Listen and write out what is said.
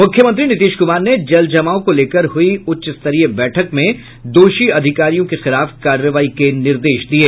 मुख्यमंत्री नीतीश कुमार ने जल जमाव को लेकर हुई उच्चस्तरीय बैठक में दोषी अधिकारियों के खिलाफ कार्रवाई के निर्देश दिये